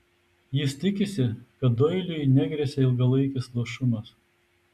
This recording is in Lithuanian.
jis tikisi kad doiliui negresia ilgalaikis luošumas